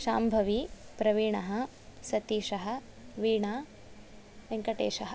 शाम्भवी प्रवीणः सतीशः वीणा वेङ्कटेशः